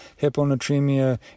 hyponatremia